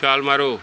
ਛਾਲ ਮਾਰੋ